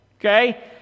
Okay